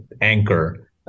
anchor